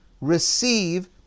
receive